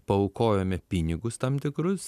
paaukojome pinigus tam tikrus